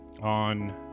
on